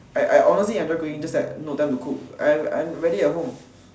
I I honestly enjoy cooking just that no time to cook I I rarely at home